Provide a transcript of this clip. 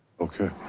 okay.